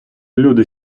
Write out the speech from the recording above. люди